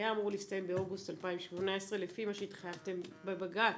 היה אמור להסתיים באוגוסט 2018 לפי מה שהתחייבתם בבג"ץ,